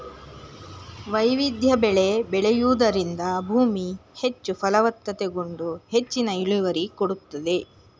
ವೈವಿಧ್ಯ ಬೆಳೆ ಬೆಳೆಯೂದರಿಂದ ಭೂಮಿ ಹೆಚ್ಚು ಫಲವತ್ತತೆಗೊಂಡು ಹೆಚ್ಚಿನ ಇಳುವರಿ ಕೊಡುತ್ತದೆ